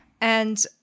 And-